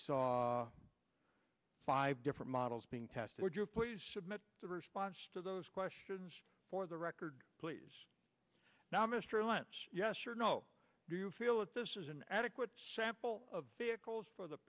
saw five different models being tested would you please submit the response to those questions for the record please now mr lynch yes or no do you feel that this is an adequate sample of vehicles for the